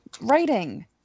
writing